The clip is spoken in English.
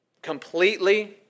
Completely